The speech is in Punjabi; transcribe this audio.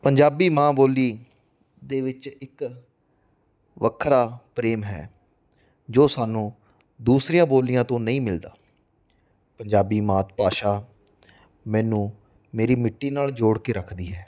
ਪੰਜਾਬੀ ਮਾਂ ਬੋਲੀ ਦੇ ਵਿੱਚ ਇੱਕ ਵੱਖਰਾ ਪ੍ਰੇਮ ਹੈ ਜੋ ਸਾਨੂੰ ਦੂਸਰੀਆਂ ਬੋਲੀਆਂ ਤੋਂ ਨਹੀਂ ਮਿਲਦਾ ਪੰਜਾਬੀ ਮਾਤ ਭਾਸ਼ਾ ਮੈਨੂੰ ਮੇਰੀ ਮਿੱਟੀ ਨਾਲ ਜੋੜ ਕੇ ਰੱਖਦੀ ਹੈ